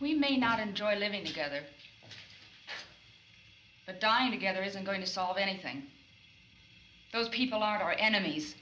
we may not enjoy living together but dying together isn't going to solve anything those people are enemies